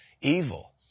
evil